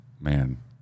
man